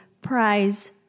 prize